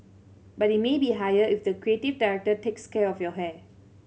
but it may be higher if the creative director takes care of your hair